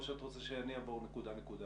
או שאת רוצה שאני אעבור נקודה-נקודה.